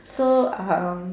so um